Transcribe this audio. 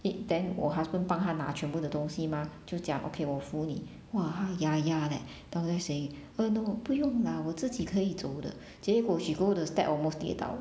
it then 我 husband 帮她拿全部的东西 mah 就讲 okay 我扶你 !wah! 她 ya ya leh down there say uh no 不用 lah 我自己可以走的结果 she go the step almost 跌倒